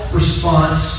response